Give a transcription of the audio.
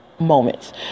moments